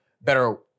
better